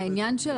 העניין של